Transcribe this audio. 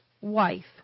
wife